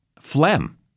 phlegm